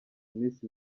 minsi